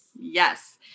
Yes